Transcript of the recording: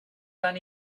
tan